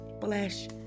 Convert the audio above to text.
flesh